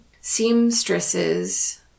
seamstresses